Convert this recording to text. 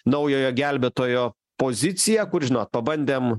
naujojo gelbėtojo poziciją kur žinot pabandėm